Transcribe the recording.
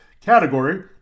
category